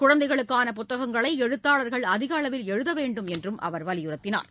குழந்தைகளுக்கான புத்தகங்களை எழுத்தாளர்கள் அதிக அளவில் எழுத வேண்டும் என்றும் அவர் வலியுறுத்தினார்